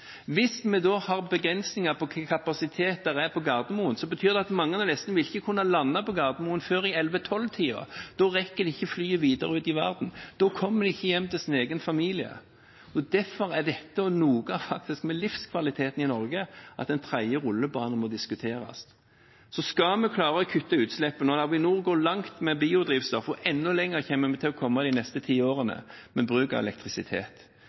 Hvis en da har begrensninger på kapasiteten på Gardermoen, betyr det at mange av disse ikke vil kunne lande på Gardermoen før i elleve–tolv-tiden. Da rekker de ikke flyet videre ut i verden, og da kommer de ikke hjem til familien. Derfor er dette noe av livskvaliteten i Norge – en tredje rullebane må diskuteres. Vi skal klare å kutte utslipp. Avinor går langt med biodrivstoff, og enda lenger kommer vi til å komme de neste ti årene ved bruk av elektrisitet.